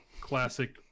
classic